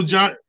John